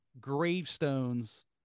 gravestones